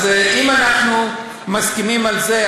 אז אם אנחנו מסכימים על זה,